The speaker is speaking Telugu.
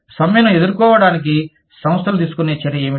సమ్మెను ఎదుర్కోవటానికి సంస్థలు తీసుకునే చర్య ఏమిటి